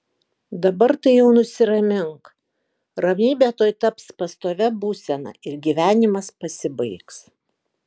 dabar tai jau nusiramink ramybė tuoj taps pastovia būsena ir gyvenimas pasibaigs